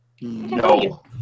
No